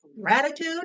gratitude